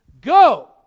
go